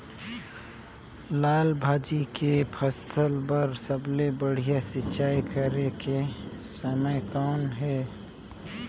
लाल भाजी के फसल बर सबले बढ़िया सिंचाई करे के समय कौन हे?